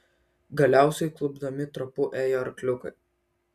galiausiai klupdami trapu ėjo arkliukai